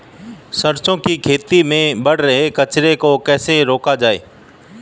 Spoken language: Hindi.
सरसों की खेती में बढ़ रहे कचरे को कैसे रोका जाए?